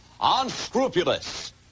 Unscrupulous